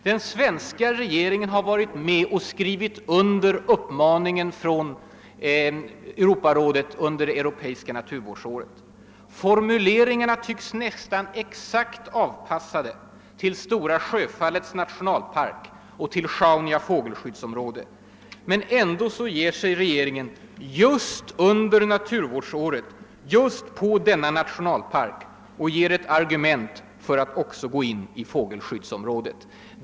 Den svenska regeringen har varit med och skrivit under uppmaningen från Europarådet för europeiska naturvårdsåret. Formuleringarna tycks nästan exakt avpassade till Stora Sjöfallets nationalpark och till Sjaunja fågelskyddsområde. Ändå ger sig regeringen just under naturvårdsåret på denna nationalpark och skapar ett argument för att också gå in i fågelskyddsområdet.